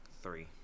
three